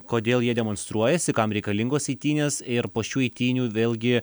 kodėl jie demonstruojasi kam reikalingos eitynės ir po šių eitynių vėlgi